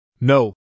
No